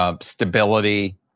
stability